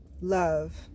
love